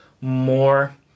more